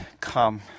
come